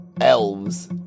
elves